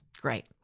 Great